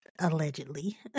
allegedly